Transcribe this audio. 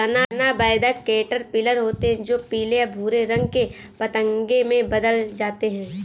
तना बेधक कैटरपिलर होते हैं जो पीले या भूरे रंग के पतंगे में बदल जाते हैं